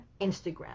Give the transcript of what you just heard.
instagram